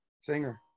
singer